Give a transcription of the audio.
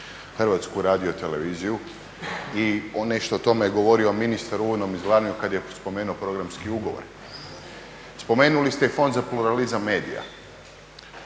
kad je spomenuo HRT i nešto o tome je govorio ministar u uvodnom izlaganju kad je spomenuo programski ugovor. Spomenuli ste i fond za … medija.